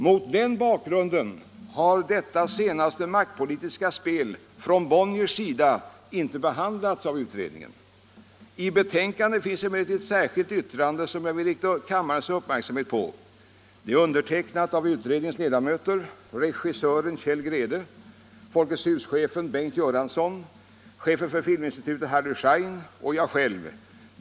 Mot den bakgrunden har detta senaste maktpolitiska spel från Bonniers sida inte behandlats av utredningen. I betänkandet finns emellertid ett särskilt yttrande som jag vill rikta kammarens uppmärksamhet på. Det är undertecknat av utredningens ledamöter regisören Kjell Grede, Folkets Hus-chefen Bengt Göransson, chefen för Filminstitutet Harry Schein och jag själv.